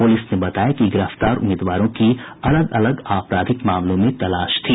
police ने बताया कि गिरफ्तार उम्मीदवारों की अलग अलग आपराधिक मामलों में तलाश थी